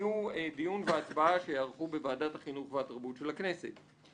יהיה דיון והצבעה שיערכו בוועדת החינוך והתרבות של הכנסת.